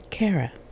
Kara